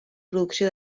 producció